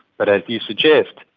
but as you suggest,